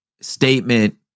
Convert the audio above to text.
statement